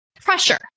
Pressure